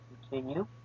continue